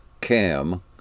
cam